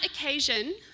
occasion